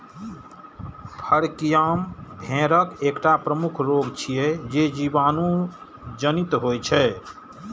फड़कियां भेड़क एकटा प्रमुख रोग छियै, जे जीवाणु जनित होइ छै